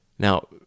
Now